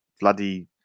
bloody